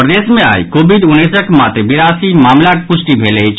प्रदेश मे आई कोविड उन्नैसक मात्र बिरासी मामिलाक पुष्टि भेल अछि